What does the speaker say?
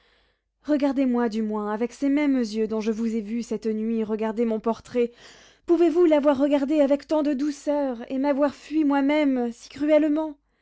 regardez-moi du moins avec ces mêmes yeux dont je vous ai vue cette nuit regarder mon portrait pouvez-vous l'avoir regardé avec tant de douceur et m'avoir fui moi-même si cruellement